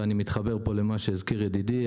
ואני מתחבר למה שהזכיר ידידי,